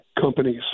companies